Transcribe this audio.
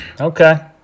Okay